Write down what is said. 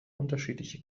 unterschiedlicher